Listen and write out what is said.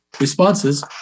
responses